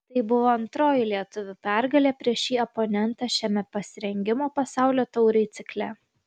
tai buvo antroji lietuvių pergalė prieš šį oponentą šiame pasirengimo pasaulio taurei cikle